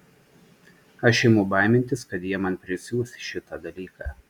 aš imu baimintis kad jie man prisiūs šitą dalyką